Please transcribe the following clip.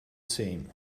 same